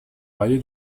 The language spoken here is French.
varier